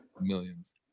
millions